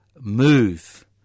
move